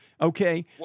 Okay